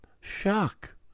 shock